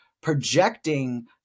projecting